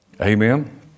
Amen